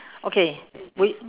okay we